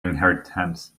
inheritance